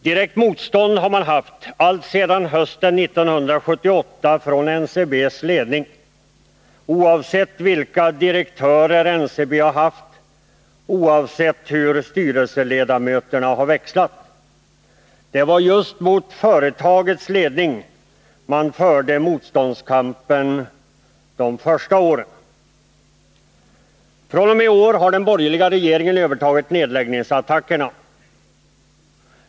Direkt motstånd har vi haft alltsedan hösten 1978 från NCB:s ledning, oavsett vilka direktörer NCB haft, oavsett hur styrelseledamöterna växlat. Det var just mot företagets ledning vi förde motståndskampen de första åren. fr.o.m. i år har den borgerliga regeringen övertagit nedläggningsattackerna.